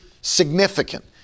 significant